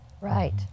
Right